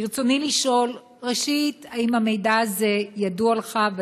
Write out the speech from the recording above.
רצוני לשאול: 1. האם המידע הזה ידוע לך,